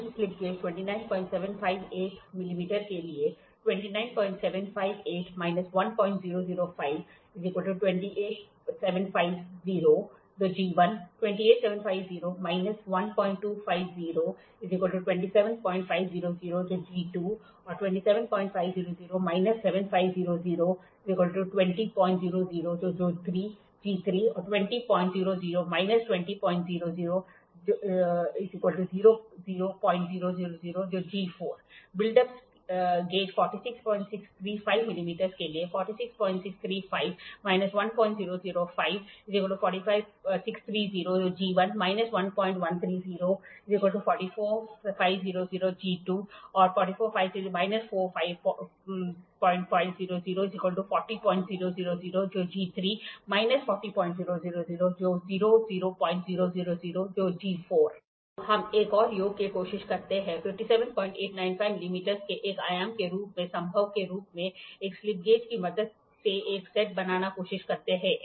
build slip gauge 29758 मिमी के लिए 29758 1005 G1 28750 1250 G2 27500 7500 G3 20000 20000 G 4 00000 build slip gauge 46635 मिमी के लिए 46635 1005 G1 45630 1130 G2 44500 4500 G3 40000 40000 G4 00000 4500 G3 40000 40000 G4 00000 तो हम एक और योग की कोशिश करते हैं 57895 मिलीमीटर के एक आयाम के रूप में संभव के रूप में एक स्लिप गेज की मदद से एक सेट होना आवश्यक है